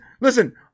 Listen